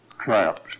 traps